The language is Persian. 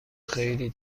خیلی